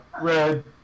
red